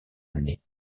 année